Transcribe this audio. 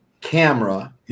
camera